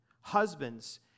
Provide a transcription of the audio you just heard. husbands